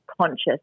conscious